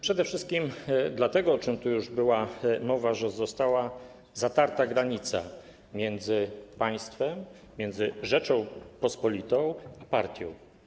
Przede wszystkim dlatego - o czym tu już była mowa - że została zatarta granica między państwem, między Rzecząpospolitą a partią.